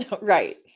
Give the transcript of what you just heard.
Right